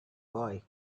boy